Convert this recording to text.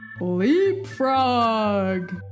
Leapfrog